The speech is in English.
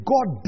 God